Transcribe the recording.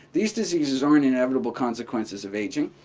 these diseases aren't inevitable consequences of aging.